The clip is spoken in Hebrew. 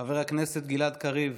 חבר הכנסת גלעד קריב,